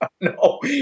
No